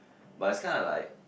but it's kinda like